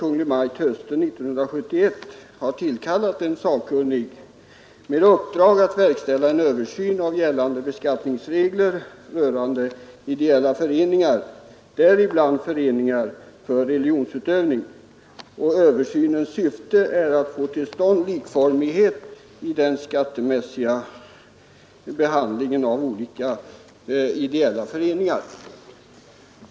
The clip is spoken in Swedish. Maj:t hösten 1971 tillkallat en sakkunnig med uppdrag att verkställa en översyn av gällande beskattningsregler rörande ideella föreningar, däribland ”föreningar för religionsutövning”, för att få till stånd likformighet i den skattem iga behandlingen”, alltså av olika ideella föreningar.